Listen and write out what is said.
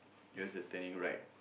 it was a turning right